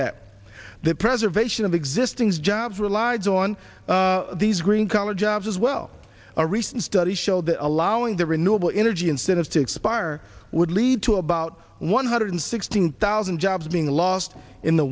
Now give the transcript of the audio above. that the preservation of existing jobs relies on these green collar jobs as well a recent study showed that allowing the renewable energy incentives to expire would lead to about one hundred sixteen thousand jobs being lost in the